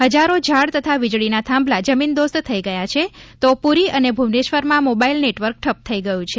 હજારો ઝાડ તથા વીજળીના થાંભલા જમીનદોસ્ત થઇ ગયા છે તો પૂરી અને ભુવનેશ્વરમાં મોબાઇલ નેટવર્ક ઠપ્પ થઇ ગયું છે